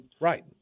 Right